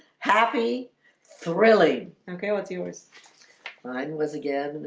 happy thrilling. okay. what's yours mine was again?